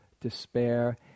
despair